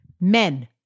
Men